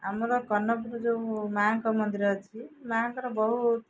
ଆମର ମାଆଙ୍କ ମନ୍ଦିର ଅଛି ମାଆଙ୍କର ବହୁତ